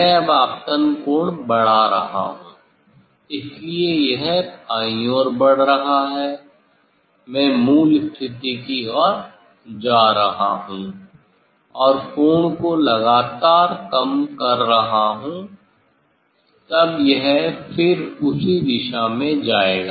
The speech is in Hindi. मैं अब आपतन कोण बढ़ा रहा हूं इसलिए यह बाईं ओर बढ़ रहा है मैं मूल स्थिति की ओर जा रहा हूँ और कोण को लगातार कम कर रहा हूँ तब यह फिर उसी दिशा में जाएगा